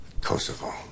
Kosovo